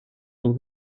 will